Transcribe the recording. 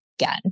again